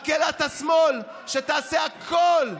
מקהלת השמאל שתעשה הכול,